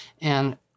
And-